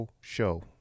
Show